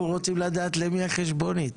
אנחנו רוצים לדעת למי החשבונית.